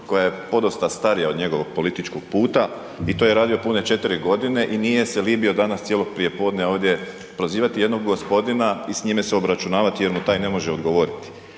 koja je podosta starija od njegovog političkog puta i to je radio pune 4 g. i nije se libio danas cijelo prijepodne ovdje prozivati jednog gospodina i s njime se obračunavati jer mu taj ne može odgovoriti